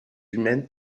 humaines